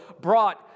brought